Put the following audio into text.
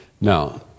Now